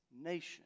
nation